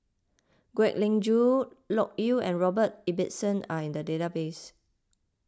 Kwek Leng Joo Loke Yew and Robert Ibbetson are in the database